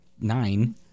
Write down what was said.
nine